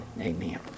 Amen